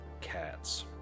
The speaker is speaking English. Cats